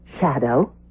Shadow